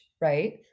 right